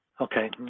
okay